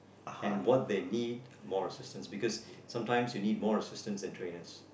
and what they need more assistance because sometimes you need more assistance and trainers